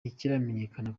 ntikiramenyekana